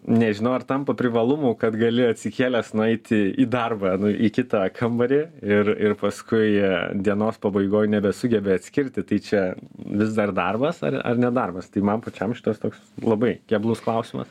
nežinau ar tampa privalumu kad gali atsikėlęs nueiti į darbą nu į kitą kambarį ir ir paskui dienos pabaigoj nebesugebi atskirti tai čia vis dar darbas ar ar ne darbas tai man pačiam šitas toks labai keblus klausimas